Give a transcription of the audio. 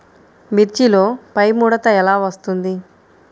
మిర్చిలో పైముడత ఎలా వస్తుంది?